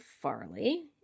farley